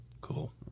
Cool